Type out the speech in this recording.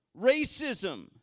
racism